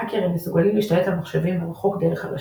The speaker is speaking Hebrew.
האקרים מסוגלים להשתלט על מחשבים מרחוק דרך הרשת,